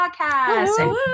Podcast